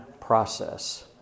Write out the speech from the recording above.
process